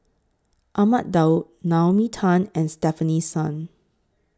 Ahmad Daud Naomi Tan and Stefanie Sun